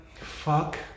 fuck